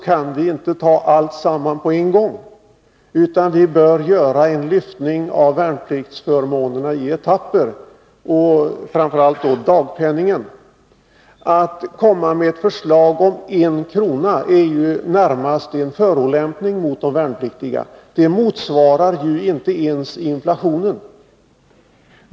kan vi inte ta alltsammans på en gång, utan vi bör göra en lyftning av värnpliktsförmånerna i etapper, framför allt beträffande dagpenningen. Att komma med ett förslag om en höjning på 1 kr. är närmast en förolämpning mot de värnpliktiga — det motsvarar ju inte ensinflationen.